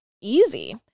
easy